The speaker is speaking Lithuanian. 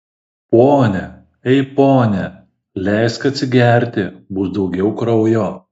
pone ei pone leisk atsigerti bus daugiau kraujo